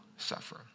suffer